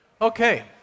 Okay